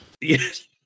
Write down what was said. Yes